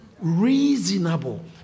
reasonable